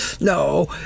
No